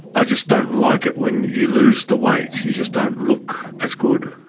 i just don't like it when you lose the weight, you just don't look as good.